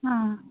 ಹಾಂ